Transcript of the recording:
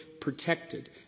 protected